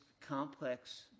complex